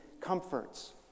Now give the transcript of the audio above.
comforts